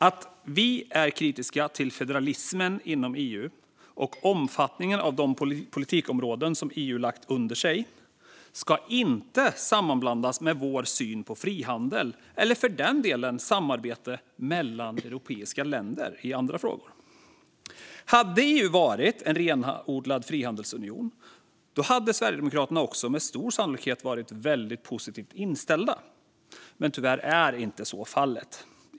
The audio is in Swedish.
Att vi är kritiska till federalismen inom EU och omfattningen av de politikområden som EU lagt under sig ska inte sammanblandas med vår syn på frihandel eller för den delen samarbete mellan europeiska länder i andra frågor. Hade EU varit en renodlad frihandelsunion hade Sverigedemokraterna med stor sannolikhet varit väldigt positivt inställda. Men tyvärr är så inte fallet.